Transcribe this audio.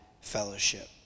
fellowship